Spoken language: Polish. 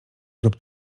lub